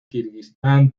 kirguistán